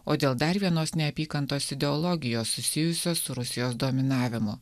o dėl dar vienos neapykantos ideologijos susijusios su rusijos dominavimu